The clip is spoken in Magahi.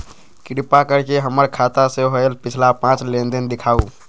कृपा कर के हमर खाता से होयल पिछला पांच लेनदेन दिखाउ